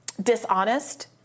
dishonest